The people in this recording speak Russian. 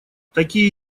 такие